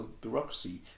bureaucracy